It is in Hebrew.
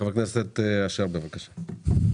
חבר הכנסת אשר, בבקשה.